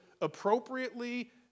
appropriately